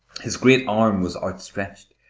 his great arm was outstretched,